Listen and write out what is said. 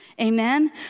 Amen